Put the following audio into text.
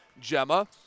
Gemma